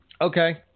Okay